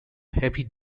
heavy